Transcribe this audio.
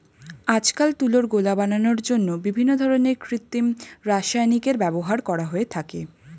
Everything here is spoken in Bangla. আজকাল তুলোর গোলা বানানোর জন্য বিভিন্ন ধরনের কৃত্রিম রাসায়নিকের ব্যবহার করা হয়ে থাকে